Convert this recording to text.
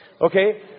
Okay